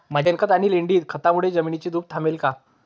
शेणखत आणि लेंडी खतांमुळे जमिनीची धूप थांबेल का?